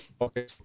Okay